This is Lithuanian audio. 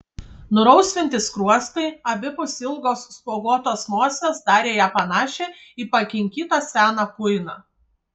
nurausvinti skruostai abipus ilgos spuoguotos nosies darė ją panašią į pakinkytą seną kuiną